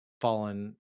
fallen